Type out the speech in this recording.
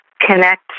connect